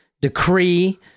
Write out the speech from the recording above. decree